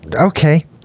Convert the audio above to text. Okay